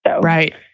right